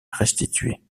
restitué